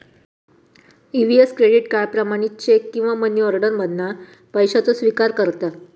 EVS credit card, प्रमाणित cheque किंवा money order मधना पैशाचो स्विकार करता